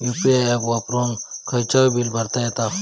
UPI app वापरून खायचाव bill भरता येता